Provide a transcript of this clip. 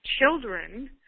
children